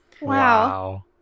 wow